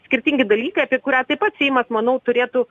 skirtingi dalykai apie kurią seimas manau turėtų